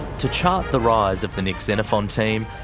to chart the rise of the nick xenophon team,